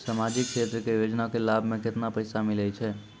समाजिक क्षेत्र के योजना के लाभ मे केतना पैसा मिलै छै?